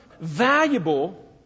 valuable